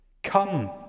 Come